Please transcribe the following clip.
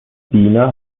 دینا